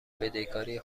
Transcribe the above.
بدهکاری